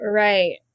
right